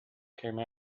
came